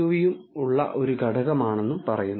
V യും ഉള്ള ഒരു ഘടകമാണെന്നും പറയുന്നു